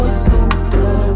super